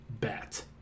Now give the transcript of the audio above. bet